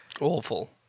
Awful